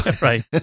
right